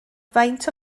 faint